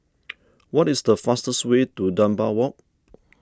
what is the fastest way to Dunbar Walk